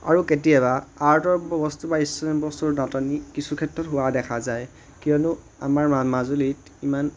আৰু কেতিয়াবা আৰ্টৰ বস্তু বা বস্তুৰ নাটনি কিছু ক্ষেত্ৰত হোৱা দেখা যায় কিয়নো আমাৰ মাজুলীত ইমান